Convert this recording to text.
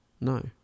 No